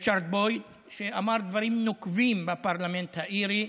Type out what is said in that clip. ריצ'רד בויד, שאמר דברים נוקבים בפרלמנט האירי.